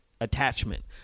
attachment